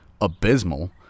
abysmal